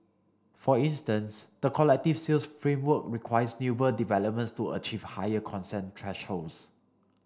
for instance the collective sales framework requires newer developments to achieve higher consent thresholds